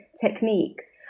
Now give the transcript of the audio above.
techniques